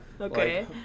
Okay